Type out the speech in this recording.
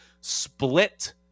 split